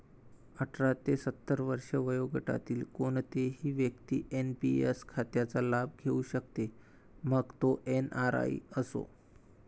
अठरा ते सत्तर वर्षे वयोगटातील कोणतीही व्यक्ती एन.पी.एस खात्याचा लाभ घेऊ शकते, मग तो एन.आर.आई असो